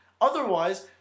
Otherwise